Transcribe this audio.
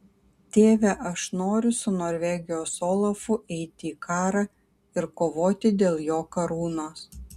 tėve aš noriu su norvegijos olafu eiti į karą ir kovoti dėl jo karūnos